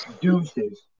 Deuces